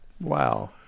Wow